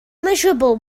miserable